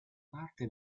parte